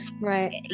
right